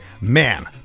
man